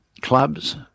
clubs